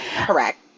correct